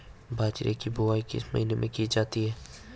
बाजरे की बुवाई किस महीने में की जाती है?